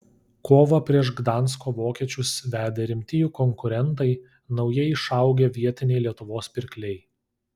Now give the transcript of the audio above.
kovą prieš gdansko vokiečius vedė rimti jų konkurentai naujai išaugę vietiniai lietuvos pirkliai